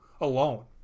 alone